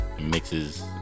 mixes